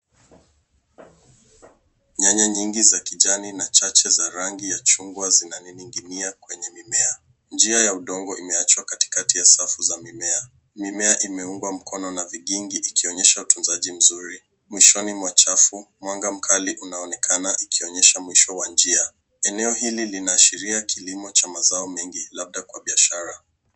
Nyanya nyingi za kijani na chache za rangi ya chungwa zinaning'inia kwenye mimea. Njia ya udongo imeachwa katikati ya safu za mimea. Mimea imeungwa mkono na vigingi ikionyesha utunzaji mzuri . Mwishoni mwa chafu mwanga mkali unaonekana ikionyesha mwisho wa njia. Eneo hili linashiria kilimo cha mazao mengi labda kwa biashara.